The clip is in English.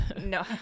No